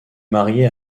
marié